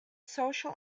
social